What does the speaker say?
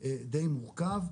די מורכב.